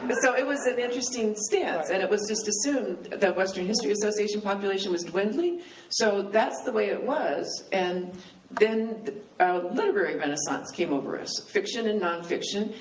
but so it was an interesting stance, and it was just assumed, the western history associationn population was dwindling so that's the way it was. and then a literary renaissance came over us, fiction and nonfiction,